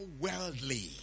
worldly